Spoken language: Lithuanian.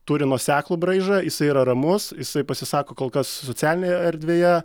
turi nuoseklų braižą jisai yra ramus jisai pasisako kol kas socialinėje erdvėje